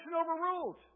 overruled